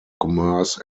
commerce